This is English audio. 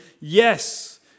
yes